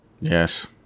Yes